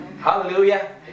Hallelujah